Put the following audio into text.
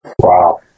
Wow